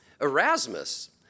Erasmus